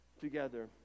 together